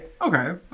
Okay